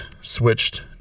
switched